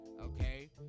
okay